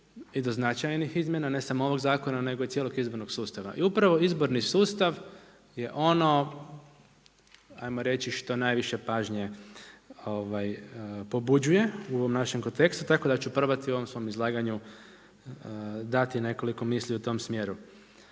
i do značajnih izmjena ne samo ovog zakona nego i cijelog izbornog sustava. I upravo izborni sustav je ono hajmo reći što najviše pažnje pobuđuje u ovom našem kontekstu tako da ću probati u ovom svom izlaganju dati nekoliko misli u tom smjeru.